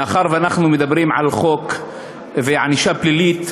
מאחר שאנחנו מדברים על חוק וענישה פלילית,